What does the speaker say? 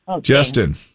Justin